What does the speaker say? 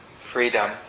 freedom